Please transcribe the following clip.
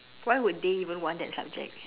why would they even want that subject